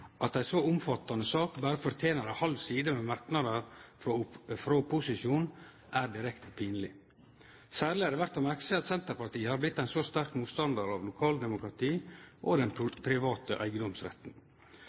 At ei så omfattande sak berre fortener ei halv side med merknader frå opposisjonen, er direkte pinleg. Særleg er det verdt å merke seg at Senterpartiet har vorte ein så sterk motstandar av lokaldemokratiet og den